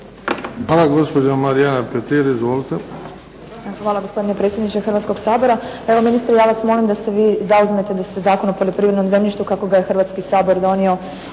Hvala. Gospodine potpredsjedniče Hrvatskoga sabora.